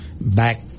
back